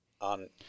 On